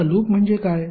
आता लूप म्हणजे काय